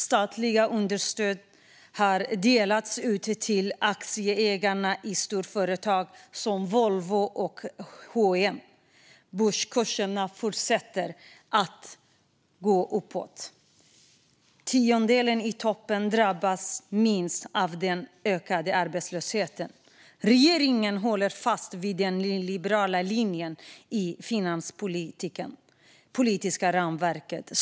Statliga understöd har delats ut till aktieägare i storföretag som Volvo och H & M. Börskurserna fortsätter uppåt. Tiondelen i toppen drabbas minst av den ökade arbetslösheten. Regeringen håller fast vid den nyliberala linjen i det finanspolitiska ramverket.